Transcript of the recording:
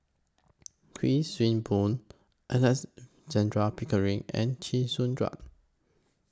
Kuik Swee Boon Alexandra Pickering and Chee Soon Juan